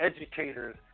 educators